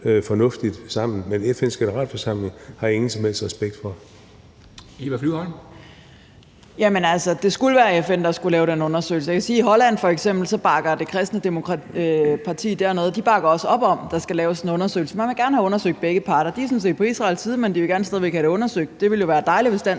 Formanden (Henrik Dam Kristensen): Eva Flyvholm. Kl. 13:54 Eva Flyvholm (EL): Jamen altså, det skulle være FN, der skulle lave den undersøgelse. Jeg kan sige, at i Holland f.eks. bakker det kristendemokratiske parti dernede også op om, at der skal laves en undersøgelse. Man vil gerne have undersøgt begge parter. De er sådan set på Israels side, men de vil gerne stadig væk have det undersøgt. Det ville jo være dejligt,